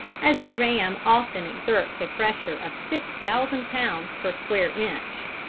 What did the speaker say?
as the ram often exerts a pressure of six thousand pounds per square inch.